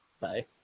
bye